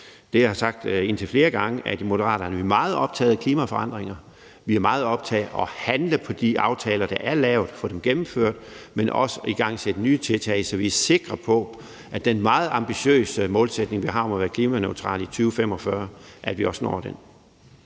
jeg har sagt indtil flere gange, nemlig at vi i Moderaterne er meget optagede af klimaforandringer, at vi er meget optagede af at handle på de aftaler, der er lavet, og få dem gennemført, men også af at igangsætte nye tiltag, så vi er sikre på, at vi også når den meget ambitiøse målsætning, vi har, om at være klimaneutrale i 2045. Kl. 15:48 Den